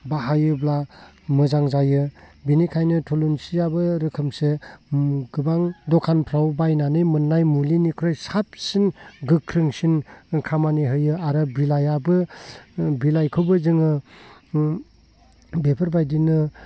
बाहायोब्ला मोजां जायो बिनिखायनो थुलुंसियाबो रोखोमसे गोबां दखानफ्राव बायनानै मोननाय मुलिनिफ्राय साबसिन गोख्रोंसिन खामानि होयो आरो बिलाइआबो बिलाइखोबो जोङो बेफोरबायदिनो